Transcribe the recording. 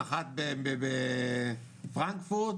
נחת בפרנקפורט,